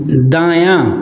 दायाँ